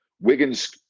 Wiggins